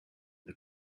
the